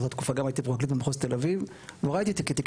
באותה תקופה הייתי גם פרקליט במחוז תל אביב,